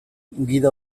gida